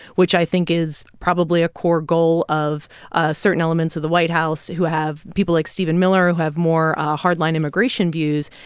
which i think is probably a core goal of ah certain elements of the white house, who have people like steven miller who have more hard-line immigration views.